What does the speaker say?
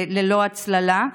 ללא הצללה,